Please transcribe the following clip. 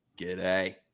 g'day